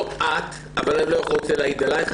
לא את אבל אני לא רוצה להעיד עליך,